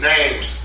Names